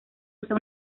usa